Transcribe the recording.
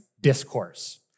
discourse